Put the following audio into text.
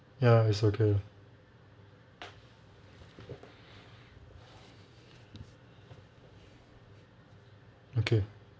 ya it's okay okay